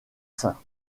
sein